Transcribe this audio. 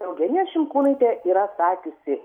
eugenija šimkūnaitė yra sakiusi